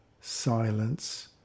silence